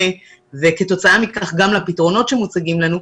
וכתוצאה מכך גם הפתרונות שמוצגים לנו,